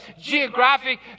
geographic